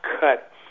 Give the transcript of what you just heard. cut